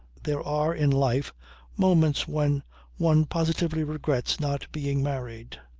there are in life moments when one positively regrets not being married.